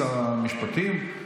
שר המשפטים,